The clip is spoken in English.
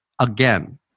again